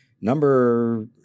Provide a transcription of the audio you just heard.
number